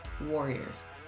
warriors